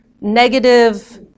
negative